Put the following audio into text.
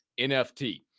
NFT